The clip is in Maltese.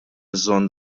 bżonn